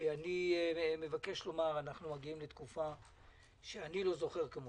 - אני מבקש לומר אנחנו מגיעים לתקופה שאני לא זוכר כמוה.